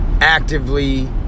actively